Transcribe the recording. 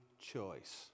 Choice